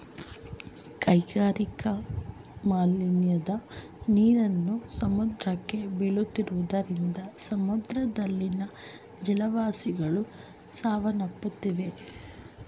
ಕೈಗಾರಿಕಾ ಮಾಲಿನ್ಯದ ನೀರನ್ನು ಸಮುದ್ರಕ್ಕೆ ಬೀಳುತ್ತಿರುವುದರಿಂದ ಸಮುದ್ರದಲ್ಲಿನ ಜಲವಾಸಿಗಳು ಸಾವನ್ನಪ್ಪುತ್ತಿವೆ